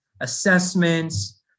assessments